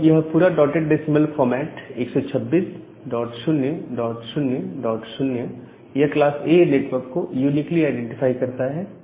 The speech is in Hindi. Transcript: तो यह पूरा डॉटेड डेसिमल फॉर्मेट 126000 यह क्लास A नेटवर्क को यूनीकली आईडेंटिफाई करता है